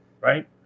Right